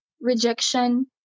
rejection